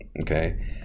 okay